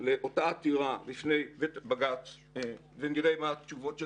לאותה עתירה בפני בג"ץ ונראה מה התשובות של